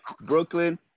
Brooklyn